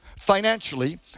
Financially